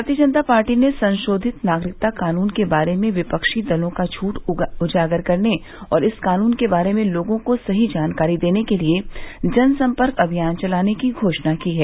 भारतीय जनता पार्टी ने संशोधित नागरिकता कानून के बारे में विपक्षी दलों का झूठ उजागर करने और इस कानून के बारे में लोगों को सही जानकारी देने के लिए जनसम्पर्क अभियान चलाने की घोषणा की है